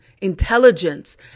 intelligence